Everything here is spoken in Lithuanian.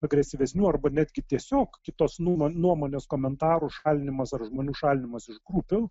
agresyvesnių arba netgi tiesiog kitos nuomonių nuomonės komentarų šalinimas ar žmonių šalinimas iš grupių